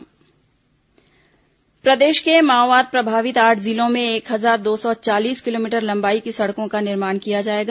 सड़क मंजूरी प्रदेश के माओवाद प्रभावित आठ जिलों में एक हजार दो सौ चालीस किलोमीटर लंबाई की सड़कों का निर्माण किया जाएगा